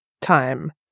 time